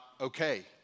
okay